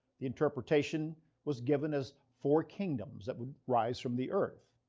the interpretation was given as four kingdoms that would arise from the earth.